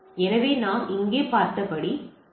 எனவே நாம் இங்கே பார்த்தபடி டி